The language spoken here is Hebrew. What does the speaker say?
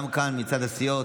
גם כאן, מצד הסיעות.